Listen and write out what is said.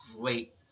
great